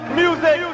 music